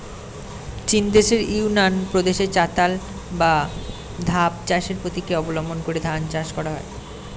চীনদেশের ইউনান প্রদেশে চাতাল বা ধাপ চাষের প্রক্রিয়া অবলম্বন করে ধান চাষ করা হয়